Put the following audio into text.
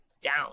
down